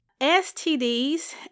STDs